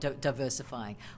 diversifying